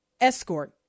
escort